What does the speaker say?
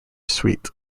sweet